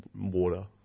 water